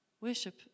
Worship